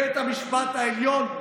בית המשפט העליון,